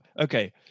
Okay